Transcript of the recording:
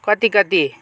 कति कति